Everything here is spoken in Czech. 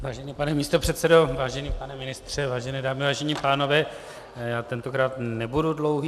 Vážený pane místopředsedo, vážený pane ministře, vážené dámy, vážení pánové, já tentokrát nebudu dlouhý.